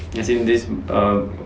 as in this err